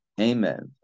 amen